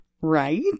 right